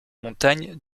montagne